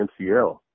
MCL